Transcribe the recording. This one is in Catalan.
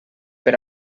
per